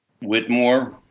Whitmore